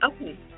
Okay